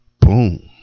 Boom